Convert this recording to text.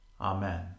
Amen